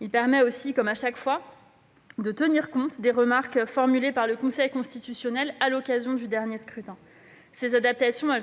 Il permet aussi, comme chaque fois, de tenir compte des remarques formulées par le Conseil constitutionnel à l'occasion du dernier scrutin. Ces adaptations ont